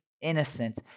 innocent